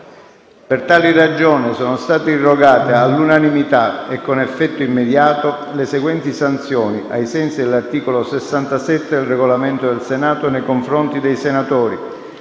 Per tali ragioni, sono state irrogate all'unanimità, con effetto immediato, le seguenti sanzioni, ai sensi dell'articolo 67 del Regolamento del Senato, nei confronti dei senatori: